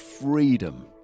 freedom